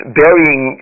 burying